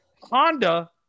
Honda